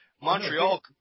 Montreal